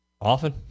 Often